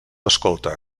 escolta